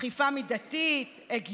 אכיפה מידתית, הגיונית,